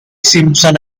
simpson